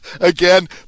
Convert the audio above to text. again